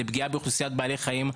לפגיעה באוכלוסיית בעלי החיים.